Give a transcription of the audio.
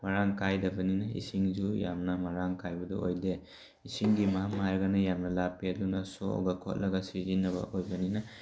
ꯃꯔꯥꯡ ꯀꯥꯏꯗꯕꯅꯤꯅ ꯏꯁꯤꯡꯁꯨ ꯌꯥꯝꯅ ꯃꯔꯥꯡ ꯀꯥꯏꯕꯗꯨ ꯑꯣꯏꯗꯦ ꯏꯁꯤꯡꯒꯤ ꯃꯐꯝ ꯍꯥꯏꯔꯒꯅ ꯌꯥꯝꯅ ꯂꯥꯞꯄꯦ ꯑꯗꯨꯅ ꯁꯣꯛꯑꯒ ꯈꯣꯠꯂꯒ ꯁꯤꯖꯤꯟꯅꯕ ꯑꯣꯏꯕꯅꯤꯅ